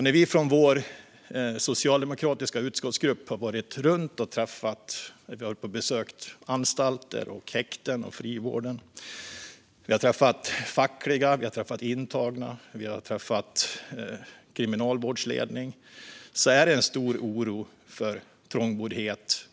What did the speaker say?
När vi i den socialdemokratiska utskottsgruppen har varit runt och besökt anstalter, häkten och frivården och där träffat fackliga, intagna och kriminalvårdsledning finns det en stor oro över trångboddhet,